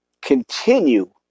continue